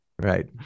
Right